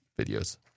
videos